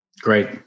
Great